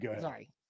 sorry